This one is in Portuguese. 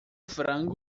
frango